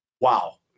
wow